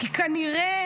כי כנראה